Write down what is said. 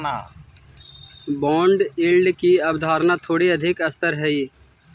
bond yield की अवधारणा थोड़ी अधिक स्तर हई